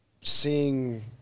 Seeing